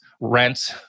rent